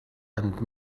and